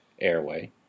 airway